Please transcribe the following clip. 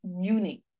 unique